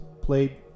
played